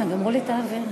גמרו לי את האוויר.